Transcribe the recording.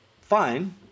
fine